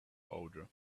odor